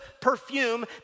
perfume